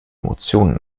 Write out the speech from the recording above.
emotionen